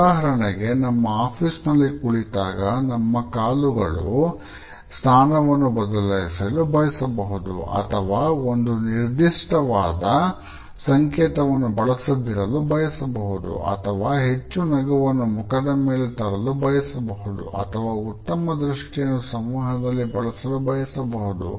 ಉದಾಹರಣೆಗೆ ನಮ್ಮ ಆಫೀಸಿನಲ್ಲಿ ಕುಳಿತಾಗ ನಮ್ಮ ಕಾಲುಗಳ ಸ್ಥಾನವನ್ನು ಬದಲಿಸಲು ಬಯಸಬಹುದು ಅಥವಾ ಒಂದು ನಿರ್ದಿಷ್ಟ ಕೈ ಸಂಕೇತವನ್ನು ಬಳಸದಿರಲು ಬಯಸಬಹುದು ಅಥವಾ ಹೆಚ್ಚು ನಗುವನ್ನು ಮುಖದ ಮೇಲೆ ತರಲು ಬಯಸಬಹುದು ಅಥವಾ ಉತ್ತಮ ದೃಷ್ಟಿಯನ್ನು ಸಂವಹನದಲ್ಲಿ ಬಳಸಲು ಬಯಸಬಹುದು